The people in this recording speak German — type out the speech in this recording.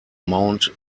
mount